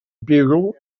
bugle